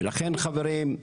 ולכן חברים,